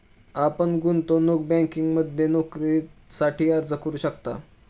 आपण गुंतवणूक बँकिंगमध्ये नोकरीसाठी अर्ज करू शकता